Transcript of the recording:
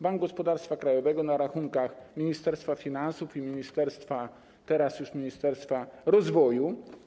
Bank Gospodarstwa Krajowego na rachunkach ministerstwa finansów i ministerstwa - już teraz - rozwoju.